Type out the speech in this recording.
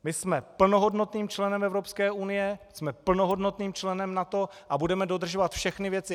My jsme plnohodnotným členem Evropské unie, jsme plnohodnotným členem NATO a budeme dodržovat všechny věci.